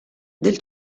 del